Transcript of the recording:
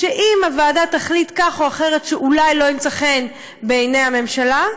שאם הוועדה תחליט כך או אחרת ואולי זה לא ימצא חן בעיני הממשלה,